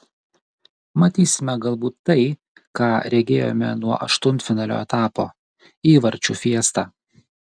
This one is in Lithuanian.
matysime galbūt tai ką regėjome nuo aštuntfinalio etapo įvarčių fiestą